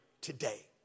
today